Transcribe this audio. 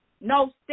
no